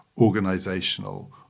organizational